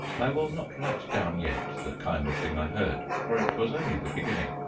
i will not write down yet the kind of thing i heard, for it was only the beginning.